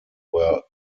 were